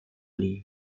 lee